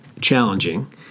challenging